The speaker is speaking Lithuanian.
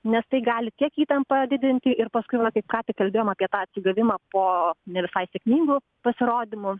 nes tai gali tiek įtampą didinti ir paskui va kaip ką tik kalbėjom apie tą atsigavimą po ne visai sėkmingų pasirodymų